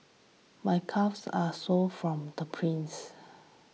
my calves are sore from the sprints